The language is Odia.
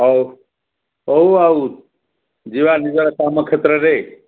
ହଉ ହଉ ଆଉ ଯିବା ଯିବା କର୍ମ କ୍ଷେତ୍ରରେ